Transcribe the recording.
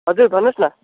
हजुर भन्नुहोस् न